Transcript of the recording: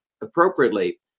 appropriately